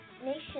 Nation